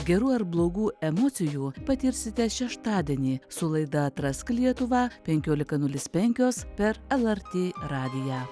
gerų ar blogų emocijų patirsite šeštadienį su laida atrask lietuvą penkiolika nulis penkios per lrt radiją